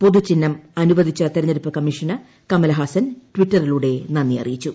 പൊതു ചിഹ്നം അനുവദിച്ച തെരഞ്ഞെടുപ്പ് കമ്മിഷനു കമൽഹാസൻ ട്വിറ്ററിലൂടെ നന്ദി അറിയിച്ചു